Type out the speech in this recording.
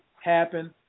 happen